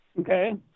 okay